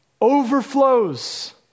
overflows